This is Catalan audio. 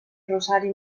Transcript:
rosari